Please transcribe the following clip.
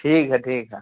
ठीक है ठीक है